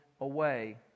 away